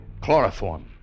chloroform